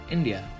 India